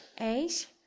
age